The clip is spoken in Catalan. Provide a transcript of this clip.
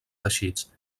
teixits